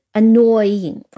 annoying